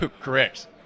correct